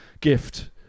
gift